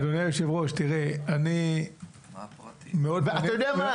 אתה יודע מה?